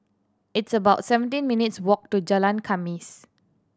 it's about seventeen minutes' walk to Jalan Khamis